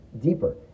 deeper